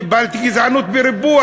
קיבלתי גזענות בריבוע,